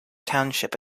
township